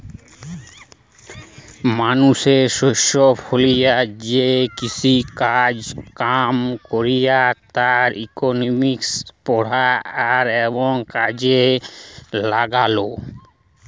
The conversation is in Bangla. মানুষ শস্য ফলিয়ে যে কৃষিকাজ কাম কইরে তার ইকোনমিক্স পড়া আর এবং কাজে লাগালো